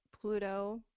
Pluto